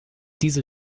diese